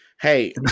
hey